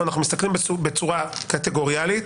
אנחנו מסתכלים בצורה קטגוריאלית,